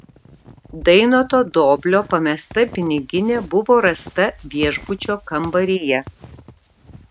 dainoto doblio pamesta piniginė buvo rasta viešbučio kambaryje